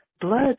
Blood